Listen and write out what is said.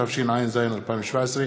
התשע"ז 2017,